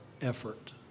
effort